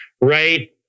right